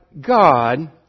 God